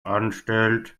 anstellt